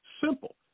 Simple